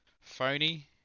Phony